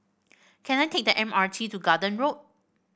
can I take the M R T to Garden Road